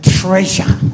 treasure